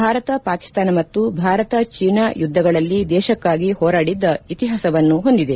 ಭಾರತ ಪಾಕಿಸ್ತಾನ ಮತ್ತು ಭಾರತ ಚೀನಾ ಯುದ್ದಗಳಲ್ಲಿ ದೇಶಕ್ಕಾಗಿ ಹೋರಾಡಿದ್ದ ಇತಿಹಾಸವನ್ನು ಹೊಂದಿದೆ